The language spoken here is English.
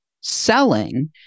selling